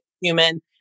human